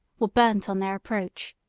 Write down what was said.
were burnt on their approach